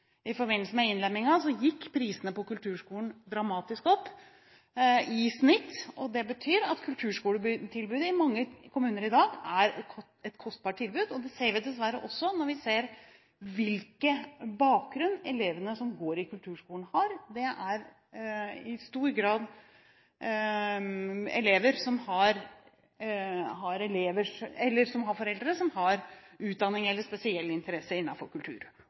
I forbindelse med innlemmingen gikk prisene på kulturskolen dramatisk opp i snitt, og det betyr at kulturskoletilbudet i mange kommuner i dag er et kostbart tilbud. Det ser vi dessverre også når vi ser hvilken bakgrunn elevene som går i kulturskolen, har. Det er i stor grad elever som har foreldre med utdanning eller spesielle interesser innenfor kultur.